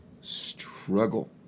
struggle